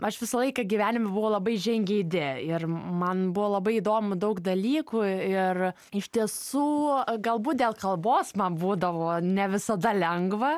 aš visą laiką gyvenime buvau labai žingeidi ir man buvo labai įdomu daug dalykų ir iš tiesų galbūt dėl kalbos man būdavo ne visada lengva